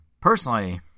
personally